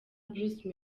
bruce